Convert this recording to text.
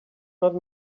not